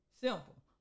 Simple